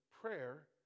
prayer